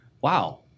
wow